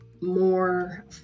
more